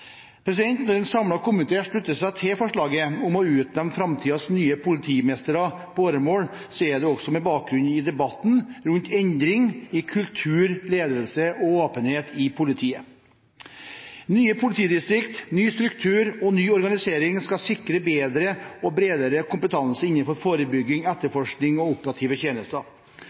Når en samlet komité slutter seg til forslaget om å utnevne framtidens nye politimestere på åremål, er det også med bakgrunn i debatten rundt endring i kultur, ledelse og åpenhet i politiet. Nye politidistrikter, ny struktur og ny organisering skal sikre bedre og bredere kompetanse innenfor forebygging, etterforskning og operative tjenester.